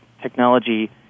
Technology